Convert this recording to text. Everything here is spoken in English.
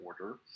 order